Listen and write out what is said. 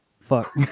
fuck